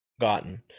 gotten